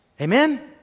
Amen